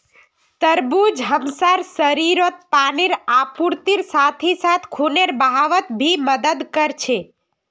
तरबूज हमसार शरीरत पानीर आपूर्तिर साथ ही साथ खूनेर बहावत भी मदद कर छे